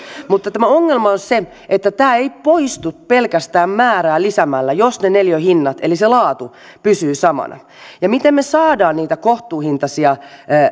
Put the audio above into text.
mutta tämä ongelma on se että tämä ei poistu pelkästään määrää lisäämällä jos ne neliöhinnat eli se laatu pysyvät samana ja se miten me saamme niitä kohtuuhintaisia